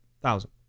thousand